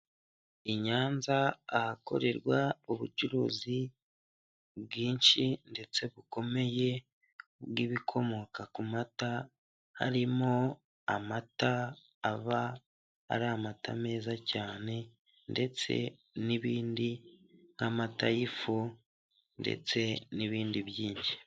Inyanza ahakorerwa ubucuruzi bwinshi ndetse bukomeye bw'ibikomoka ku mata. Harimo amata, aba ari amata meza cyane ndetse n'ibindi nk'amata y'ifu ndetse n'ibindi byinshi.